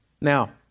Now